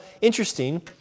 interesting